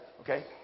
Okay